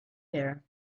there